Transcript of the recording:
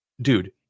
dude